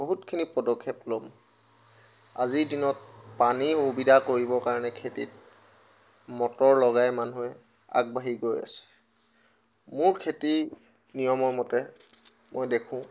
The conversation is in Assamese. বহুতখিনি পদক্ষেপ ল'ম আজিৰ দিনত পানীৰ সুবিধা কৰিবৰ কাৰণে খেতিত মটৰ লগাই মানুহে আগবাঢ়ি গৈ আছে মোৰ খেতিৰ নিয়মৰ মতে মই দেখোঁ